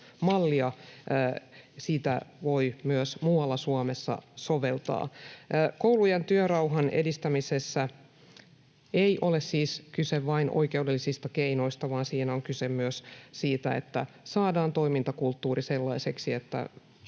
Sitä voi myös muualla Suomessa soveltaa. Koulujen työrauhan edistämisessä ei ole siis kyse vain oikeudellisista keinoista, vaan siinä on kyse myös siitä, että saadaan toimintakulttuuri sellaiseksi, että